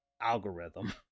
algorithm